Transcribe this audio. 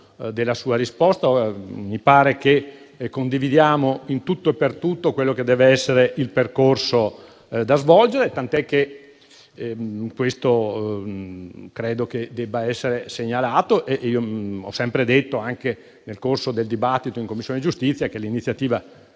della sua risposta. Mi pare che condividiamo in tutto e per tutto quello che deve essere il percorso da svolgere, tant'è che credo che questo debba essere segnalato. Ho sempre detto, anche nel corso del dibattito in Commissione giustizia, che l'iniziativa